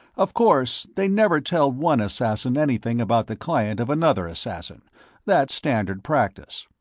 of course, they never tell one assassin anything about the client of another assassin that's standard practice.